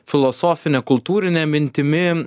filosofine kultūrine mintimi